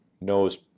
knows